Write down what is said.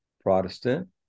Protestant